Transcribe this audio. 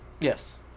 Yes